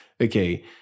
okay